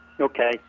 okay